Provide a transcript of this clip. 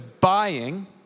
buying